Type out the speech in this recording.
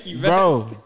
Bro